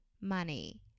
money